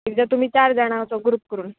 एकदां तुमी चार जाणां असो ग्रूप करून